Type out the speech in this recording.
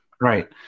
Right